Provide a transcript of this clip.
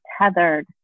tethered